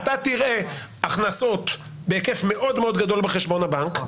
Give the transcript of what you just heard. אתה תראה הכנסות בהיקף מאוד מאוד גדול בחשבון הבנק,